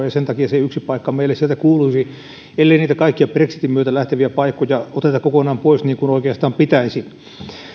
ja sen takia se yksi paikka meille sieltä kuuluisi ellei niitä kaikkia brexitin myötä lähteviä paikkoja oteta kokonaan pois niin kuin oikeastaan pitäisi